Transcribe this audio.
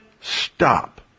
stop